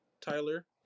Tyler